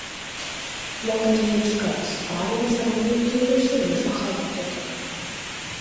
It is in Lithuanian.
mokytoja iškart sutramdė savo pyktį ir užsirišo chalato diržą